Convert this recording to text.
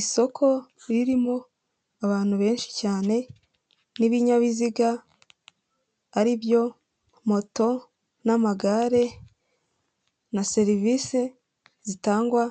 Isoko ririmo abantu benshi cyane n'ibinyabiziga ari byo moto n'amagare na serivisi zitangwa